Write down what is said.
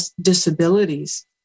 disabilities